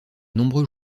nombreux